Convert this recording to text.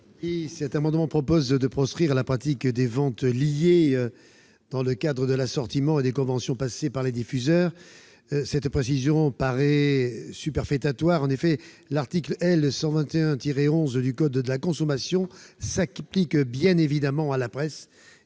Cet amendement tend à proscrire la pratique des ventes liées dans le cadre de l'assortiment et des conventions passées par les diffuseurs. Cette précision paraît superfétatoire. En effet, l'article L. 121-11 du code de la consommation s'applique bien évidemment à la presse-